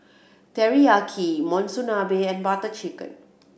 Teriyaki Monsunabe and Butter Chicken